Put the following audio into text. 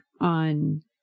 on